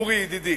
אורי ידידי,